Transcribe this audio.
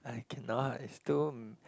I cannot it's too